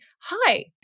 hi